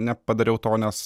nepadariau to nes